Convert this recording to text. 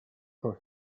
for